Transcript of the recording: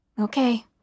Okay